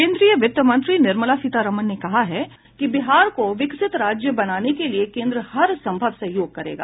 केन्द्रीय वित्त मंत्री निर्मला सीतारमन ने कहा है कि बिहार को विकसित राज्य बनाने के लिए केन्द्र हर सम्भव सहयोग करेगा